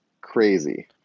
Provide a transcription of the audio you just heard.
crazy